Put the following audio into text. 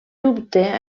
dubte